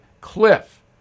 cliff